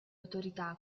autorità